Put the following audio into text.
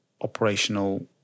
operational